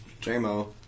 J-Mo